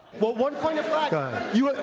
but one point of fact,